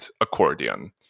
accordion